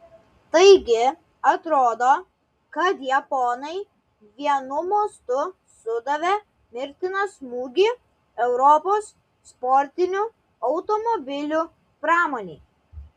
taigi atrodo kad japonai vienu mostu sudavė mirtiną smūgį europos sportinių automobilių pramonei